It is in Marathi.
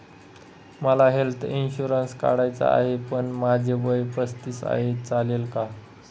मला हेल्थ इन्शुरन्स काढायचा आहे पण माझे वय पस्तीस आहे, चालेल का?